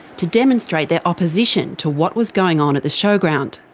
to demonstrate their opposition to what was going on at the showground.